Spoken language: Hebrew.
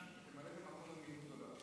אין לך מה,